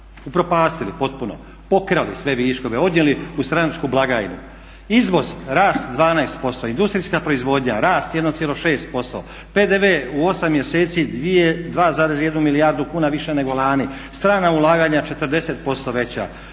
upropastili potpuno, pokrali sve viškove, odnijeli u stranačku blagajnu. Izvoz rast 12%, industrijska proizvodnja rast 1,6%, PDV u 8 mjeseci 2,1 milijardu kuna više nego lani, strana ulaganja 40% veća,